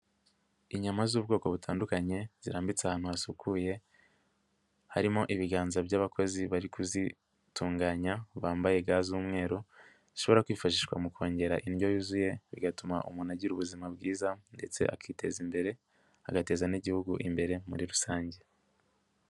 Inyama z'ubwoko butandukanye zirambitse ahantu hasukuye, harimo ibiganza by'abakozi bari kuzitunganya bambaye ga z'umweru zishobora kwifashishwa mu kongera indyo yuzuye bigatuma umuntu agira ubuzima bwiza ndetse akiteza imbere agateza n'Igihugu imbere muri rusange.